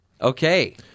Okay